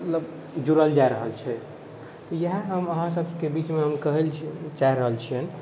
मतलब जुड़ल जा रहल छै इएह हम अहाँसभके बीचमे हम कहय लेल चाहि रहल छियै